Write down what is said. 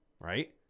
right